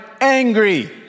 angry